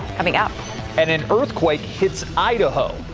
coming up and an earthquake hits idaho.